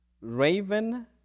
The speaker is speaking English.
Raven